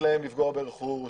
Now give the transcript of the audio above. לתת להם לפגוע ברכוש,